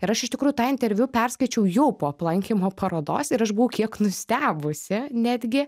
ir aš iš tikrųjų tą interviu perskaičiau jo po aplankymo parodos ir aš buvau kiek nustebusi netgi